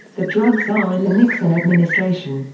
the drug czar in the nixon administration,